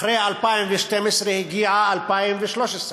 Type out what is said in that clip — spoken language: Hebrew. אחרי 2012 הגיעה 2013,